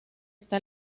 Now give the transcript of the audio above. está